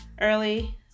early